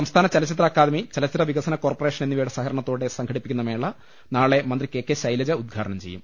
സംസ്ഥാന ചലച്ചിത്ര അക്കാദമി ചലച്ചിത്ര വികസന കോർപ്പ റേഷൻ എന്നിവയുടെ സഹകരണത്തോടെ സംഘടിപ്പിക്കുന്ന മേള നാളെ മന്ത്രി കെ കെ ശൈലജ ഉദ്ഘാടനം ചെയ്യും